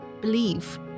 believe